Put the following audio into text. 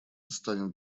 станет